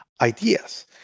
ideas